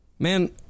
Man